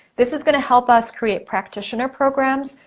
this is gonna help us create practitioner programs,